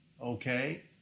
okay